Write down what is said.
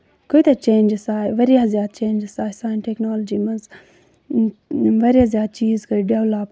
کۭتیاہ چینجِس آیہِ واریاہ زیادٕ چینجِس آیہِ سانہِ ٹیٚکنالجی منٛز واریاہ زیادٕ چیٖز گٔے ڈیٚولَپ